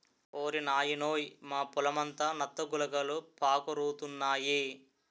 ఓరి నాయనోయ్ మా పొలమంతా నత్త గులకలు పాకురుతున్నాయి